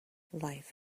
life